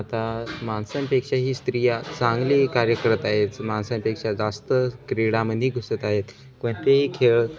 आता माणसांपेक्षा ही स्त्रिया चांगली कार्य करत आहेत माणसांपेक्षा जास्त क्रीडामध्ये घुसत आहेत कोणतेही खेळ